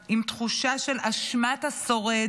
עם תחושה של אשמת השורד,